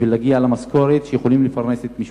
בשביל להגיע למשכורת שיוכלו לפרנס בה את משפחתם.